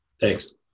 thanks